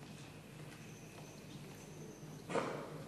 גם חוק ההסדרים וגם התקציב באים תחת הכותרת של משבר